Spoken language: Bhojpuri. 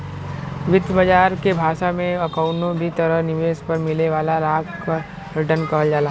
वित्त बाजार के भाषा में कउनो भी तरह निवेश पर मिले वाला लाभ क रीटर्न कहल जाला